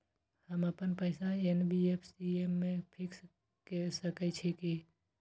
हम अपन पैसा एन.बी.एफ.सी म फिक्स के सके छियै की?